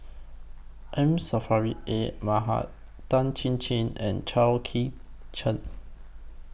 M Saffri A Manaf Tan Chin Chin and Chao Kee Cheng